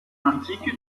antike